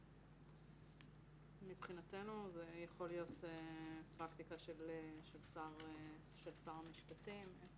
מבחינתנו זה יכול להיות פרקטיקה של שר המשפטים.